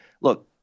look